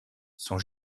sont